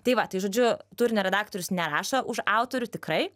tai va tai žodžiu turinio redaktorius nerašo už autorių tikrai